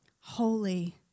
Holy